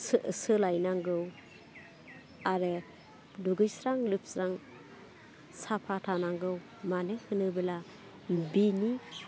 सोलायनांगौ आरो दुगैस्रां लोबस्रां साफा थानांगौ मानो होनोबोला बिनि